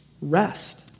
Rest